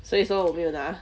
所以说我没有拿